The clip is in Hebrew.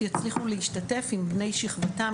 יצליחו להשתתף עם בני שכבתם,